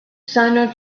sino